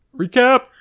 recap